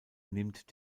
nimmt